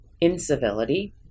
incivility